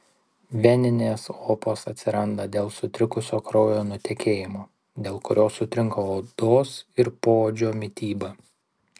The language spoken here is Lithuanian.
veninės opos atsiranda dėl sutrikusio kraujo nutekėjimo dėl kurio sutrinka odos ir poodžio mityba